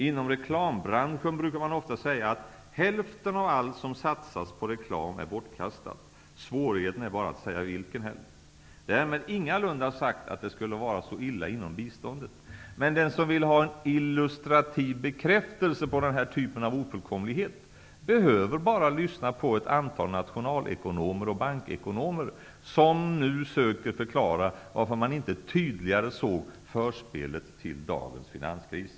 Inom reklambranschen brukar man ofta säga att hälften av allt som satsas på reklam är bortkastat. Svårigheten är bara att säga vilken hälft. Därmed är det ingalunda sagt att det skulle vara så illa inom biståndet. Men den som vill ha en illustrativ bekräftelse på den här typen av ofullkomlighet, behöver bara lyssna på ett antal nationalekonomer och bankekonomer, som nu söker förklara varför man inte tydligare såg förspelet till dagens finanskris.